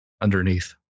underneath